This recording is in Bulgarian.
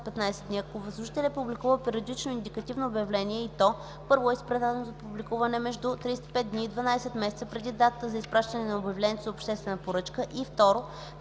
ако възложителят е публикувал периодично индикативно обявление и то: 1. е изпратено за публикуване между 35 дни и 12 месеца преди датата на изпращане на обявлението за обществена поръчка, и 2.